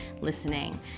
listening